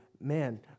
man